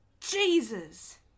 Jesus